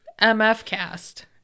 MFCast